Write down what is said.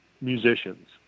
musicians